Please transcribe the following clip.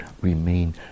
remain